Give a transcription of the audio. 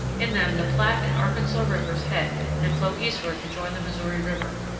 in them the platte and arkansas rivers head and flow eastward to join the missouri river.